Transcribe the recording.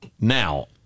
Now